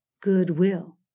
goodwill